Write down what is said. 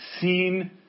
seen